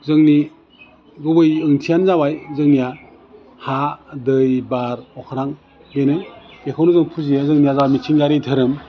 जोंनि गुबै ओंथियानो जाबाय जोंनिया हा दै बार अख्रां बेनो बेखौनो जों फुजियो जोंनिया जा मिथिंगायारि दोहोरोम